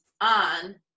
on